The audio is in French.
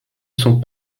sont